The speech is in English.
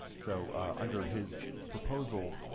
so under his proposal,